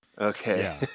Okay